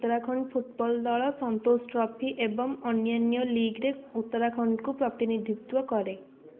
Uttarakhand football ଦଳ Santosh trophy ଏବଂ ଅନ୍ୟାନ୍ୟ ଲିଗ୍ରେ ଉତ୍ତରାଖଣ୍ଡକୁ ପ୍ରତିନିଧିତ୍ୱ କରେ